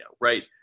right